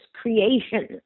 creation